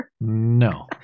No